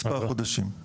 מספר חודשים.